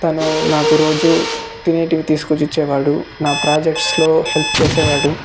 తను నాకు రోజు తినేటివి తీసుకొచ్చి ఇచ్చేవాడు నా ప్రాజెక్ట్స్లో హెల్ప్ చేసేవాడు